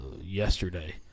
yesterday